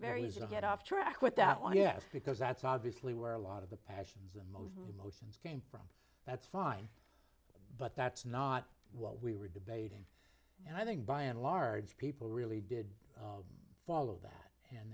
very easy to get off track with that one yes because that's obviously where a lot of the passions and motions came from that's fine but that's not what we were debating and i think by and large people really did follow that a